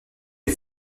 est